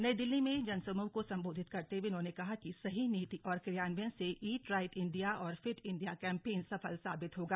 नई दिल्ली में जनसमूह को संबोधित करते हुए उन्होंने कहा कि सही नीति और क्रियान्वयन से ईट राइट इंडिया और फिट इंडिया कैम्पेन सफल साबित होगा